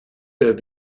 der